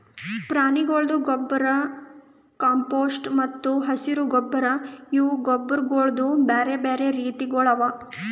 ಪ್ರಾಣಿಗೊಳ್ದು ಗೊಬ್ಬರ್, ಕಾಂಪೋಸ್ಟ್ ಮತ್ತ ಹಸಿರು ಗೊಬ್ಬರ್ ಇವು ಗೊಬ್ಬರಗೊಳ್ದು ಬ್ಯಾರೆ ಬ್ಯಾರೆ ರೀತಿಗೊಳ್ ಅವಾ